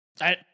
I